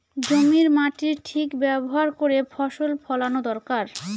জমির মাটির ঠিক ব্যবহার করে ফসল ফলানো দরকার